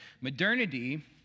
Modernity